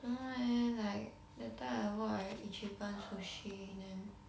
don't know leh like that time I work at Ichiban Sushi then